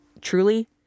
truly